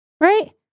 right